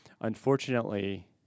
unfortunately